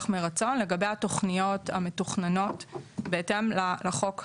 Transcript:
מרצון לגבי התכניות המתוכננות בהתאם לחוק הזה.